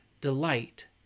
delight